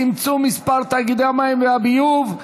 צמצום מספר תאגידי המים והביוב),